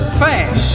fast